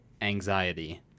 anxiety